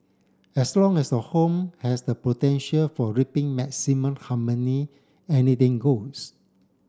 as long as the home has the potential for reaping maximum harmony anything goes